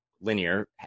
linear